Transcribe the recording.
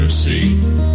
See